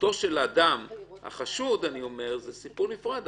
זכותו של האדם, החשוד, זה סיפור נפרד.